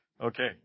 Okay